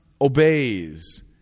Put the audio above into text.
obeys